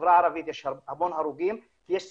בחברה הערבית יש המון הרוגים כי יש סכסוכים,